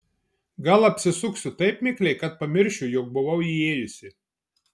gal apsisuksiu taip mikliai kad pamiršiu jog buvau įėjusi